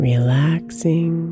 Relaxing